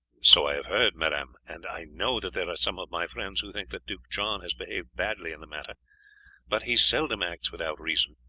so i have heard, madame, and i know that there are some of my friends who think that duke john has behaved hardly in the matter but he seldom acts without reason,